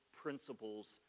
principles